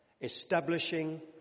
establishing